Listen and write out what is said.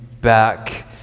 back